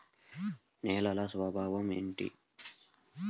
నేలల స్వభావం ఏమిటీ?